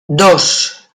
dos